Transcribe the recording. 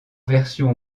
version